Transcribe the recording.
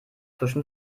frischem